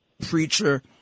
preacher